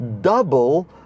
double